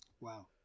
Wow